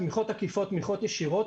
תמיכות עקיפות ותמיכות ישירות,